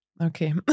Okay